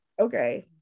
okay